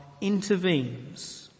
intervenes